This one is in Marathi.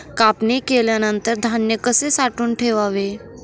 कापणी केल्यानंतर धान्य कसे साठवून ठेवावे?